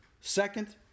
second